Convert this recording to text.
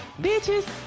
Bitches